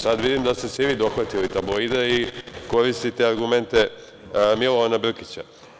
Sad vidim da ste se i vi dohvatili tabloida i koristite argumente Milovana Brkića.